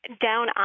down